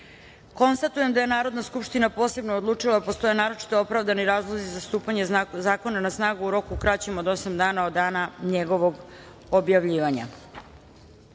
jedan. Konstatujem da je Narodna skupština odlučila da postoje naročito opravdani razlozi za stupanje zakona na snagu u roku kraćem od osam dana od dana njegovog objavljivanja. Stavljam